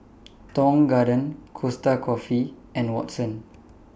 Tong Garden Costa Coffee and Watsons